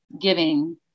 giving